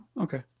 okay